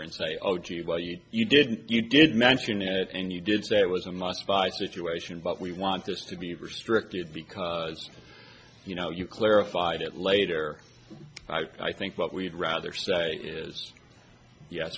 and say oh geez well yes you did you did mention it and you did say it was a must buy situation but we want this to be restricted because you know you clarified it later i think what we'd rather say is yes